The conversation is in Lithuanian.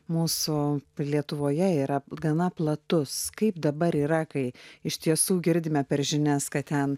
mūsų lietuvoje yra gana platus kaip dabar yra kai iš tiesų girdime per žinias kad ten